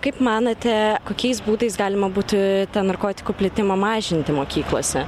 kaip manote kokiais būdais galima būtų tą narkotikų plitimą mažinti mokyklose